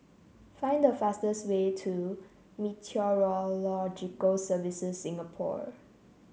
find the fastest way to Meteorological Services Singapore